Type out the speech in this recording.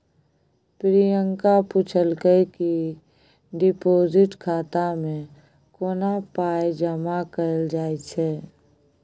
प्रियंका पुछलकै कि डिपोजिट खाता मे कोना पाइ जमा कयल जाइ छै